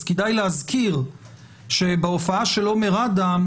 אז כדאי להזכיר שבהופעה של עומר אדם,